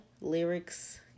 lyrics